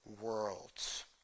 worlds